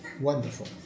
wonderful